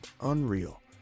Unreal